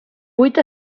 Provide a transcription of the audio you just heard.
buit